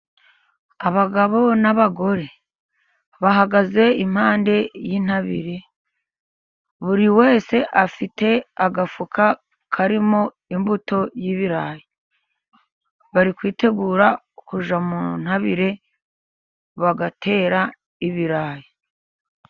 Abagabo n'abagore bahagaze impande y'intabire, buri wese afite agafuka karimo imbuto y'ibirayi, bari kwitegura kujya mu ntabire, bagatera ibirayi.